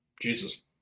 Jesus